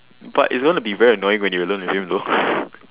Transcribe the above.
but it's going to be very annoying when you're alone with him though